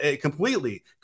completely